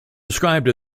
described